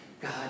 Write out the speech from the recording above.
God